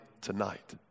tonight